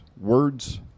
words